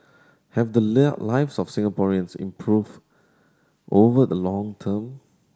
have the lives of Singaporeans improved over the long term